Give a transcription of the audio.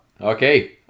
Okay